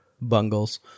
Bungles